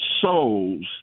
souls